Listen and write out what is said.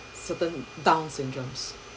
certain down syndromes